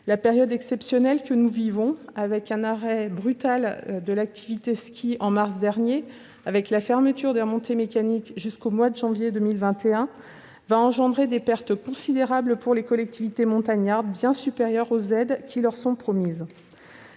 La période exceptionnelle que nous vivons, marquée par un arrêt brutal de l'activité ski en mars dernier et la fermeture des remontées mécaniques jusqu'au mois de janvier 2021, va engendrer des pertes considérables pour les collectivités montagnardes, bien supérieures aux aides qui leur sont promises.